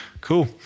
Cool